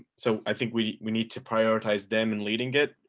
so i think we we need to prioritize them in leading it.